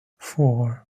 four